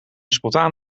spontaan